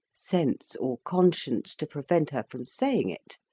sense, or conscience to prevent her from saying it,